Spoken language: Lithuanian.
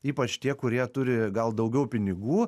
ypač tie kurie turi gal daugiau pinigų